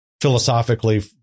philosophically